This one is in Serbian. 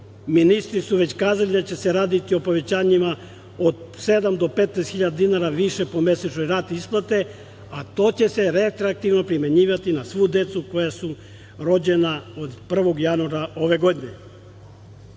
Ministri su već rekli da će se raditi o povećanjima od sedam do 15.000 dinara više po mesečnoj rati isplate, a to će se retroaktivno primenjivati na svu decu koja su rođena od 1. januara ove godine. Mislim